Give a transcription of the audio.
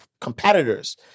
competitors